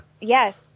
yes